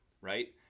right